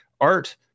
Art